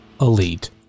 elite